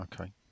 okay